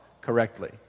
correctly